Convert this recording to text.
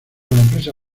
empresa